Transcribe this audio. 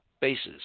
bases